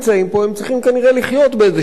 הם צריכים כנראה לחיות באיזה דרך,